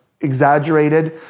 exaggerated